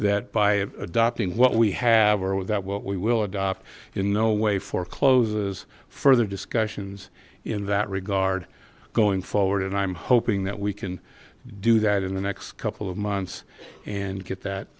that by adopting what we have or without what we will adopt in no way forecloses further discussions in that regard going forward and i'm hoping that we can do that in the next couple of months and get that